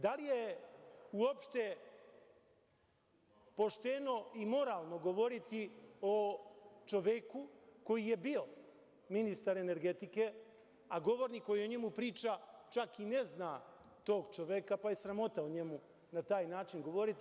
Da li je uopšte pošteno i moralno govoriti o čoveku koji je bio ministar energetike, a govornik koji o njemu priča čak i ne zna tog čoveka, pa je sramota o njemu na taj način govoriti.